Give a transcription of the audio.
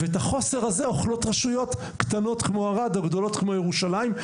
ואת החוסר הזה אוכלות רשויות קטנות כמו ערד או גדולות כמו ירושלים.